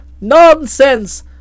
Nonsense